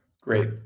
Great